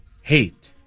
hate